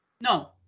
No